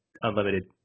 unlimited